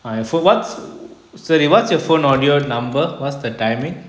ah fo~ what's sorry what's your phone audio number what's the timing